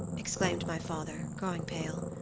exclaimed my father, growing pale.